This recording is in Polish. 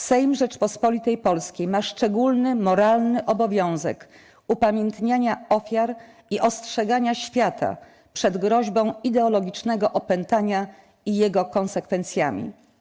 Sejm Rzeczypospolitej Polskiej ma szczególny moralny obowiązek upamiętniania ofiar i ostrzegania świata przed groźbą ideologicznego opętania i jego konsekwencjami.